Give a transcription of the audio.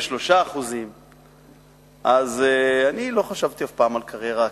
93%. אני לא חשבתי אף פעם על קריירה אקדמית,